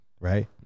Right